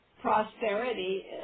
prosperity